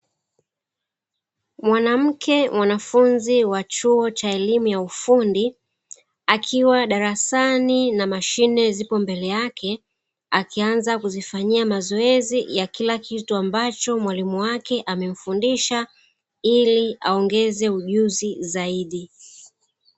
Mwanamke mwanafunzi wa chuo cha elimu ya ufundi akiwa darasani na mashine ziko mbele yake, akianza kuzifanyia mazoezi ya kila kitu ambacho mwalimu wake amemfundisha ili aongeze ujuzi zaidi.